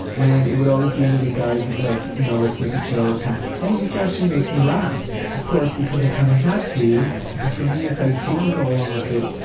and it would always be under the guise of like, you know let's make a joke, and and it used to actually make me laugh, of course, because i kind of had to, because for me if i didn't go along with it,